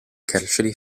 calcio